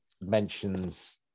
mentions